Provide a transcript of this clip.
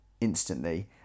instantly